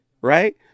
right